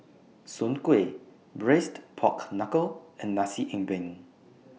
Soon Kway Braised Pork Knuckle and Nasi Ambeng